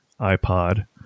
iPod